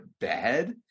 bad